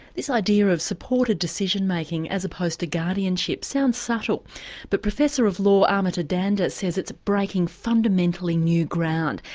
this idea of supported decision making as opposed to guardianship sounds subtle but professor of law amita dhanda says it's breaking fundamentally new ground.